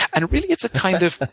and really, it's a kind of